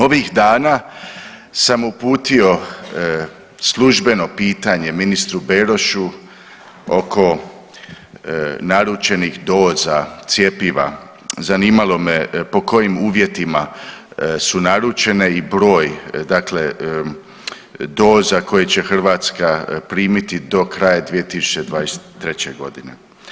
Ovih dana sam uputio službeno pitanje ministru Berošu oko naručenih doza cjepiva, zanimalo me po kojim uvjetima su naručene i broj dakle doza koje će Hrvatska primiti do kraja 2023.g.